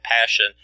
passion